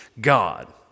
God